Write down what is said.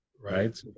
Right